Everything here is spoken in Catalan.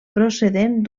procedent